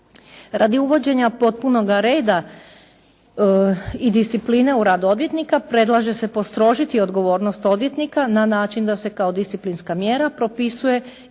Radi uvođenja potpunoga reda i discipline u radu odvjetnika predlaže se postrožiti odgovornost odvjetnika na način da se kao disciplinska mjera propisuje i